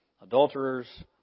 adulterers